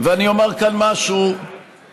אני אומר כאן משהו לזכותך,